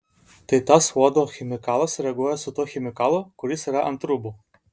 tai tas uodo chemikalas reaguoja su tuo chemikalu kuris yra ant rūbų